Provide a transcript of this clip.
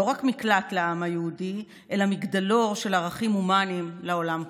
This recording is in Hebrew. לא רק מקלט לעם היהודי אלא מגדלור של ערכים הומניים לעולם כולו.